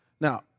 Now